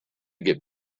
get